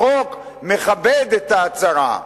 החוק מכבד את ההצהרה,